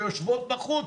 ויושבות בחוץ,